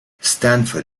stanford